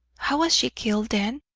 how was she killed, then?